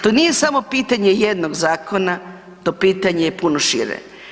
To nije samo pitanje jednog zakona, to pitanje je puno šire.